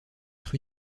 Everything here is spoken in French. être